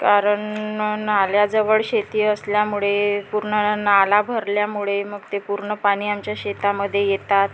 कारण नाल्याजवळ शेती असल्यामुळे पूर्ण नाला भरल्यामुळे मग ते पूर्ण पाणी आमच्या शेतामध्ये येतात